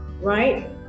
right